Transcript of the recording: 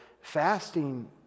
Fasting